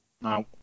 No